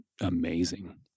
amazing